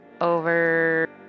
over